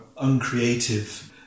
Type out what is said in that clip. uncreative